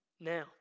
now